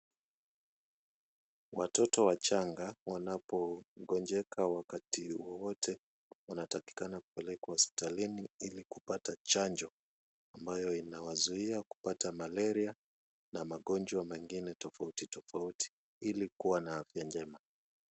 Watoto wachanga wanapogonjeka wakati wowote wanatakikana kupelekwa hospitalini ili kupata chanjo ambayo inawazuia kupata malaria na magonjwa mengine tofauti tofauti ili kuwa na afya njema.